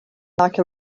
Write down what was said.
like